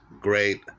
great